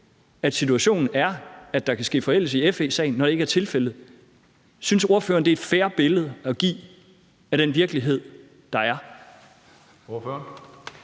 at der i den situation kan ske forældelse i FE-sagen, når det ikke er tilfældet? Synes ordføreren, det er et fair billede at give af den virkelighed, der er? Kl.